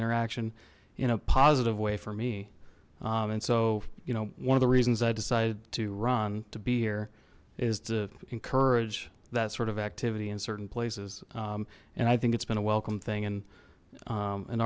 interaction in a positive way for me and so you know one of the reasons i decided to run to be here is to encourage that sort of activity in certain places and i think it's been a welcome thing and